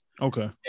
Okay